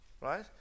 right